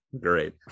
Great